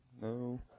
no